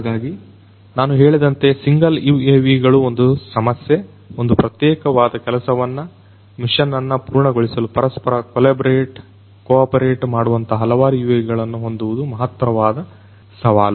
ಹಾಗಾಗಿ ನಾನು ಹೇಳಿದಂತೆ ಸಿಂಗಲ್ UAV ಗಳು ಒಂದು ಸಮಸ್ಯೆ ಒಂದು ಪ್ರತ್ಯೇಕವಾದ ಕೆಲಸವನ್ನು ಮಿಷನ್ ಅನ್ನು ಪೂರ್ಣಗೊಳಿಸಲು ಪರಸ್ಪರ ಕೊಲ್ಯಬರೇಟ್ ಕೋಆಪರೇಟ್ ಮಾಡುವಂತಹ ಹಲವಾರು UAV ಗಳನ್ನು ಹೊಂದುವುದು ಮಹತ್ತರವಾದ ಸವಾಲು